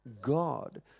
God